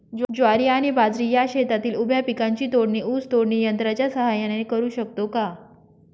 ज्वारी आणि बाजरी या शेतातील उभ्या पिकांची तोडणी ऊस तोडणी यंत्राच्या सहाय्याने करु शकतो का?